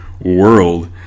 world